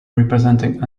representing